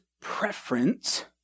preference